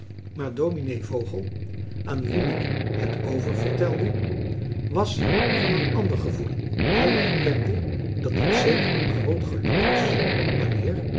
maar dominee vogel aan wien ik het oververtelde was van een ander gevoelen hij erkende dat het zeker een groot geluk was wanneer